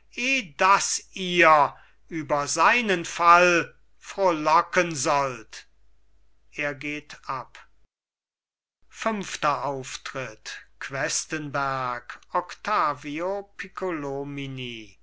daß ihr über seinen fall frohlocken sollt er geht ab fünfter auftritt questenberg octavio